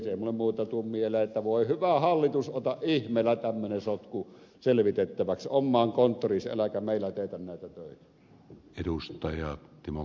ei minulla muuta tule mieleen kuin että voi hyvä hallitus ota ihmeellä tämmöinen sotku selvitettäväksi omaan konttoriisi äläkä meillä teetä näitä töitä